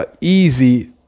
easy